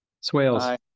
Swales